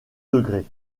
degrés